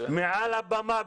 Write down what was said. מעל הבמה,